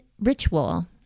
ritual